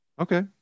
Okay